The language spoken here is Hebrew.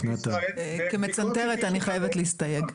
כמצנתרת אני חייבת להסתייג.